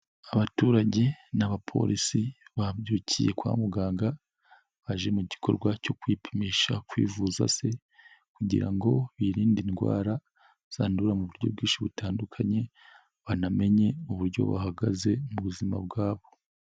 Abaturage n'abapolisi babyukiye kwa muganga, baje mu gikorwa cyo kwipimisha, kwivuza se, kugira ngo birinde indwara zandura mu buryo bwinshi butandukanye, banamenye uburyo bahagaze mu buzima bwabo.